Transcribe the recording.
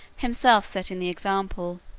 himself setting the example.